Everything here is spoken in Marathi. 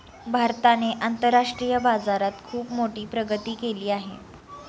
भारताने आंतरराष्ट्रीय बाजारात खुप मोठी प्रगती केली आहे